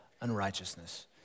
unrighteousness